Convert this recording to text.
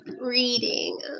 Reading